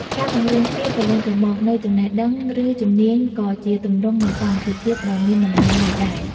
ការបង្រៀនគ្នាទៅវិញទៅមកនូវចំណេះដឹង ឬជំនាញក៏ជាទម្រង់នៃសាមគ្គីភាពដ៏មានតម្លៃមួយដែរ។